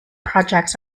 projects